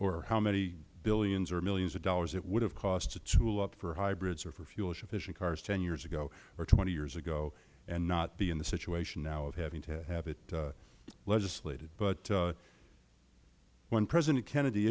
or how many billions or millions of dollars it would have cost to tool up for hybrids for fuel efficient cars ten years ago or twenty years ago and not be in the situation now of having to have it legislated but when president kennedy